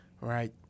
right